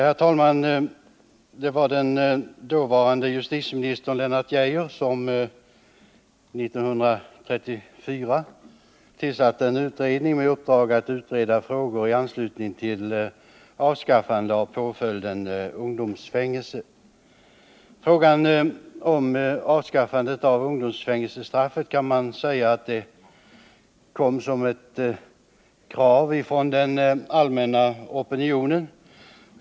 Herr talman! Det var dåvarande justitieministern Lennart Geijer som 1974 tillsatte en utredning med uppdrag att utreda frågor i anslutning till avskaffande av påföljden ungdomsfängelse. Frågan om avskaffandet av ungdomsfängelsestraffet kan sägas ha haft sin grund i ett krav från den allmänna opinionen.